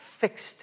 fixed